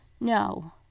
No